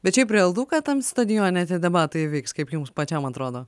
bet šiaip realu kad tam stadione tie debatai įvyks kaip jums pačiam atrodo